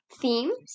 themes